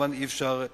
כמובן אי-אפשר למנות.